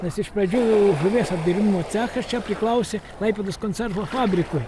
nes iš pradžių žuvies apdirbimo cechas čia priklausė klaipėdos konservo fabrikui